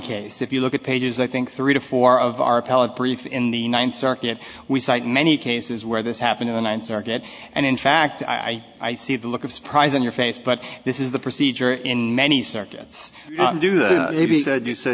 case if you look at pages i think three to four of our appellate brief in the ninth circuit we cite many cases where this happened in the ninth circuit and in fact i i see the look of surprise on your face but this is the procedure in many circuits do that